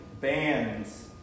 bands